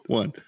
one